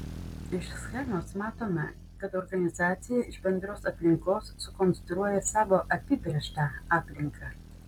iš schemos matome kad organizacija iš bendros aplinkos sukonstruoja savo apibrėžtą aplinką